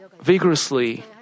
vigorously